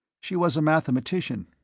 she was a mathematician.